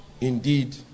indeed